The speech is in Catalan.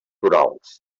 torals